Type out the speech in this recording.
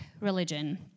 religion